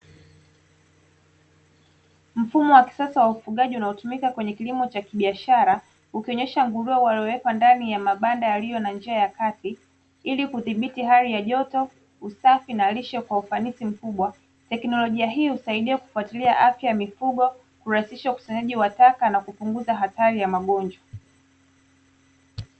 Mfumo wa kisasa wa ufugaji unaotumika kwenye kilimo cha kibiashara ukionyesha nguruwe waliowekwa ndani ya mabanda yalio na njia ya kati, ili kudhibiti hali ya joto, usafi, na lishe kwa ufanisi mkubwa. Teknolojia hii husaidia kufuatilia afya ya mifugo, kurahisisha kusanyaji wa taka na kupunguza hatari ya magonjwa.